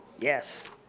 Yes